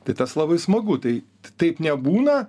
tai tas labai smagu tai taip nebūna